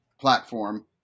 platform